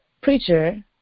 preacher